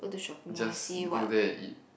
just go there and eat